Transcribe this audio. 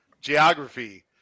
geography